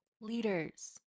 leaders